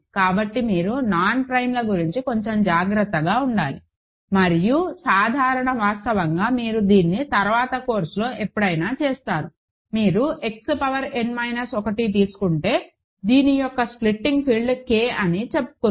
కాబట్టి మీరు నాన్ ప్రైమ్ల గురించి కొంచెం జాగ్రత్తగా ఉండాలి మరియు సాధారణ వాస్తవంగా మీరు దీన్ని తర్వాత కోర్సులో ఎప్పుడైనా చేస్తారు మీరు X పవర్ n మైనస్ 1 తీసుకుంటే దీని యొక్క స్ప్లిటింగ్ ఫీల్డ్ K అని చెప్పుకుందాం